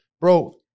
Bro